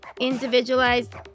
Individualized